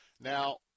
Now